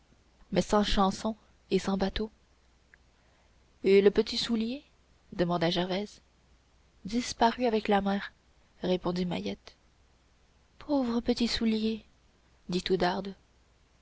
mais sans chanson et sans bateau et le petit soulier demanda gervaise disparu avec la mère répondit mahiette pauvre petit soulier dit oudarde